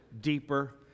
deeper